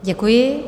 Děkuji.